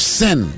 sin